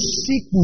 seek